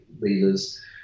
leaders